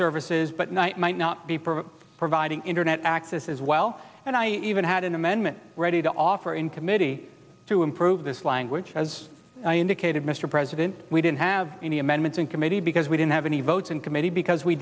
services but night might not be for providing internet access as well and i even had an amendment ready to offer in committee to improve this language as i indicated mr president we didn't have any amendments in committee because we didn't have any votes in committee because we